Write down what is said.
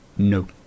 No